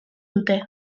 dute